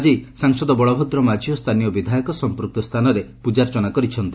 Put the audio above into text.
ଆଜି ସାଂସଦ ବଳଭଦ୍ର ମାଝୀ ଓ ସ୍ରାନୀୟ ବିଧାୟକ ସମ୍ମକ୍ତ ସ୍ତାନରେ ପୂଜାର୍ଚ୍ଚନା କରିଛନ୍ତି